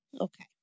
Okay